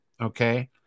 okay